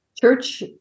Church